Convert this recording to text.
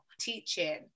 teaching